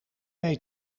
mee